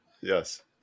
Yes